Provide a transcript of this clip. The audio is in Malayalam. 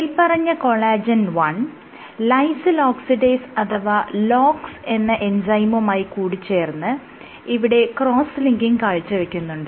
മേല്പറഞ്ഞ കൊളാജെൻ 1 ലൈസിൽ ഓക്സിഡേസ് അഥവാ LOX എന്ന എൻസൈമുമായി കൂടിച്ചേർന്ന് ഇവിടെ ക്രോസ്സ് ലിങ്കിങ് കാഴ്ചവെക്കുന്നുണ്ട്